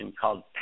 called